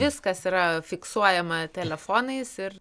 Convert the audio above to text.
viskas yra fiksuojama telefonais ir